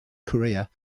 korea